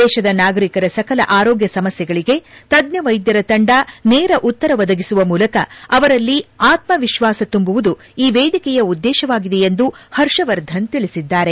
ದೇಶದ ನಾಗರಿಕರ ಸಕಲ ಆರೋಗ್ಯ ಸಮಸ್ಥೆಗಳಿಗೆ ತಜ್ಞ ವೈದ್ಯರ ತಂಡ ನೇರ ಉತ್ತರ ಒದಗಿಸುವ ಮೂಲಕ ಅವರಲ್ಲಿ ಆತ್ಮವಿಶ್ವಾಸ ತುಂಬುವುದು ಈ ವೇದಿಕೆಯ ಉದ್ದೇಶವಾಗಿದೆ ಎಂದು ಹರ್ಷವರ್ಧನ್ ತಿಳಿಸಿದ್ದಾರೆ